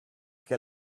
che